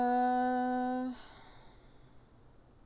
uh